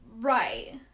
Right